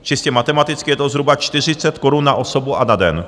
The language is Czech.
Čistě matematicky je to zhruba 40 korun na osobu a na den.